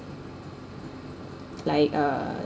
like uh